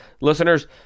listeners